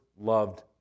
loved